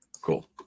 Cool